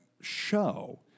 show